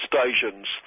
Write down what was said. stations